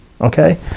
okay